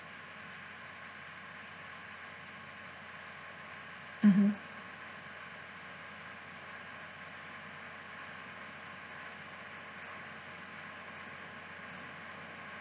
(uh huh)